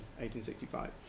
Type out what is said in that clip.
1865